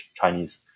Chinese